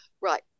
right